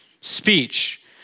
speech